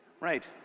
Right